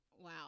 Wow